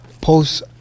post